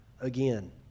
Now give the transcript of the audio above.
again